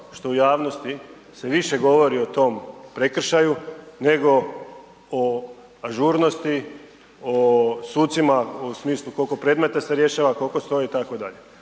što se u javnosti više govori o tom prekršaju nego o ažurnosti, o sucima u smislu koliko predmeta se rješava, koliko stoje itd.,